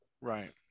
right